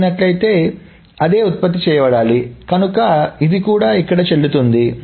చదివినట్లయితే అదే ఉత్పత్తి చేయబడాలి కనుక ఇది కూడా ఇక్కడ చెల్లుతుంది